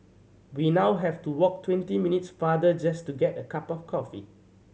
we now have to walk twenty minutes farther just to get a cup of coffee